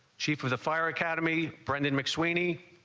chief of the fire academy. brennan mix winnie